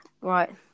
Right